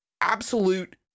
absolute